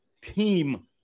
team